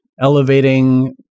elevating